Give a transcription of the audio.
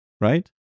right